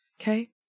Okay